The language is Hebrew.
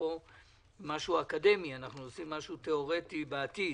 פה משהו אקדמי וכאלו שעושים משהו תיאורטי בעתיד.